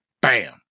Bam